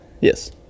Yes